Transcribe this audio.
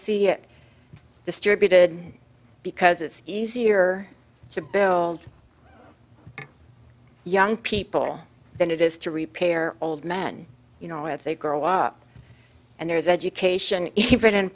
see it distributed because it's easier to build young people than it is to repair old men you know as they grow up and there is education even in